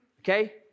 Okay